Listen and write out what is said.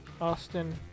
Austin